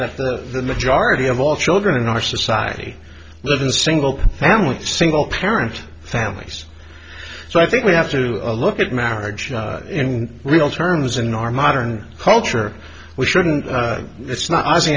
that the majority of all children in our society live in single family single parent families so i think we have to look at marriage in real terms in our modern culture we shouldn't it's not